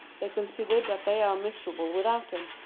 they consider that they are miserable without them.